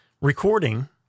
recording